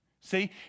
See